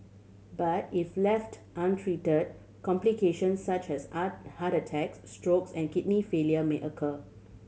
but if left untreated complication such as ah heart attacks stroke and kidney failure may occur